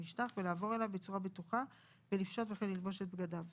כיסא שירותים עם סידורים לטיפול בהפרשות,